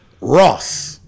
Ross